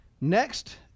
next